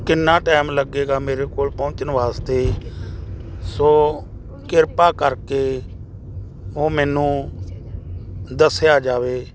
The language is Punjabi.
ਕਿੰਨਾ ਟੈਮ ਲੱਗੇਗਾ ਮੇਰੇ ਕੋਲ ਪਹੁੰਚਣ ਵਾਸਤੇ ਸੋ ਕਿਰਪਾ ਕਰਕੇ ਉਹ ਮੈਨੂੰ ਦੱਸਿਆ ਜਾਵੇ